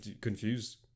confused